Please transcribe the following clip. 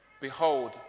Behold